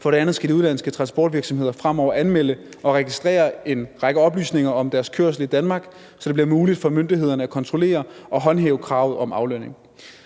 andet skal de udenlandske transportvirksomheder fremover anmelde og registrere en række oplysninger om deres kørsel i Danmark, så det bliver muligt for myndighederne at kontrollere og håndhæve kravet om aflønning.